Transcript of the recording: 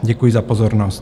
Děkuji za pozornost.